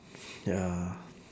ya